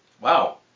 wow